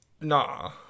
Nah